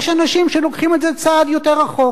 יש אנשים שלוקחים את זה צעד יותר רחוק.